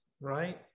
right